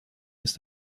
ist